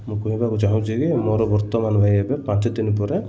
ମୁଁ କହିବାକୁ ଚାହୁଁଛିକି ମୋର ବର୍ତ୍ତମାନ ଭାଇ ପାଞ୍ଚ ଦିନ ପରେ